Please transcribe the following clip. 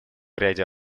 ряде